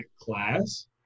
class